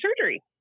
surgery